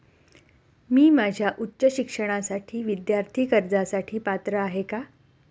मी माझ्या उच्च शिक्षणासाठी विद्यार्थी कर्जासाठी पात्र आहे का?